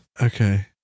Okay